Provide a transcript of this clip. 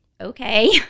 okay